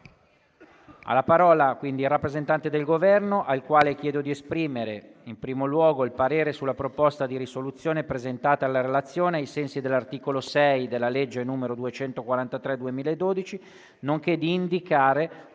di parlare il rappresentante del Governo, al quale chiedo di esprimere il parere sulle proposte di risoluzione presentate alla Relazione ai sensi dell'articolo 6 della legge n. 243 del 2012, nonché di indicare